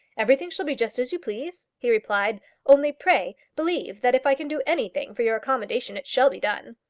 everything shall be just as you please, he replied only, pray, believe that if i can do anything for your accommodation it shall be done.